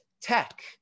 tech